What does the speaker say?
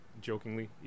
jokingly